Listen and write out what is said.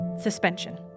Suspension